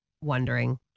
wondering